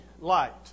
light